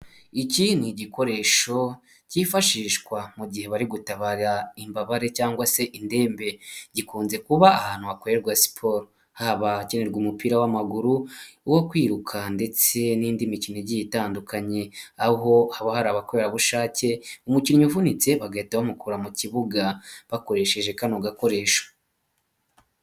Iki ni igikoresho cyifashishwa mu gihe bari gutabara imbabare cyangwa se indembe, gikunze kuba ahantu hakorerwa siporo haba hakenerwa umupira w'amaguru uwo kwiruka ndetse n'indi mikino igiye itandukanye, aho haba hari abakorerabushake umukinnyi uvunitse bagahita bamukura mu kibuga bakoresheje kano gakoresho.